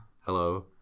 Hello